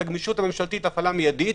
את הגמישות הממשלתית וההפעלה המידית,